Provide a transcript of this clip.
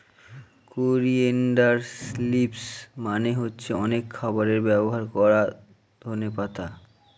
coriander leaves মানে হচ্ছে অনেক খাবারে ব্যবহার করা ধনে পাতা